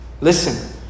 Listen